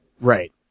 Right